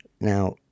now